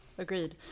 Agreed